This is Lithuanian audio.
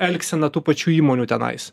elgseną tų pačių įmonių tenais